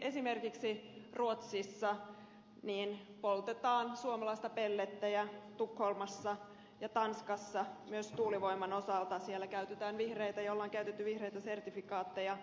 esimerkiksi ruotsissa tukholmassa poltetaan suomalaisia pellettejä ja tanskassa myös tuulivoiman osalta siellä käytetään ja on käytetty vihreitä sertifikaatteja kauan